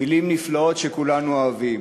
מילים נפלאות שכולנו אוהבים.